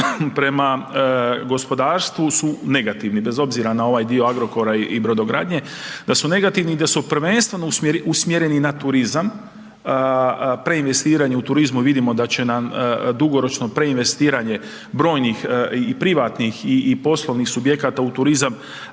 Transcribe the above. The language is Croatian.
prema gospodarstvu su negativni bez obzira na ovaj dio Agrokora i brodogradnje, da su negativni i da su prvenstveno usmjereni na turizam, preinvestiranju u turizmu vidimo da će nam dugoročno preinvestiranje brojnih i privatnih i poslovnih subjekata u turizam